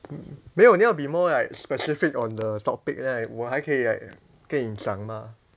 没有你要 be more like specific on the topic right 我还可以 like 跟你讲嘛